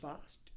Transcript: fast